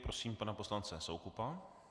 Prosím pana poslance Soukupa.